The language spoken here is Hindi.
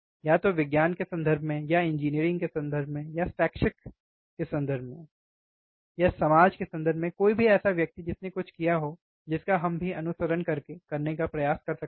या तो विज्ञान के संदर्भ में या इंजीनियरिंग के संदर्भ में या शैक्षिक के संदर्भ में या समाज के संदर्भ में कोई भी ऐसा व्यक्ति जिसने कुछ किया हो जिस का हम भी अनुसरण करने का प्रयास कर सकते हैं